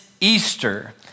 Easter